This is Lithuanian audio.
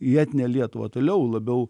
į etninę lietuvą toliau labiau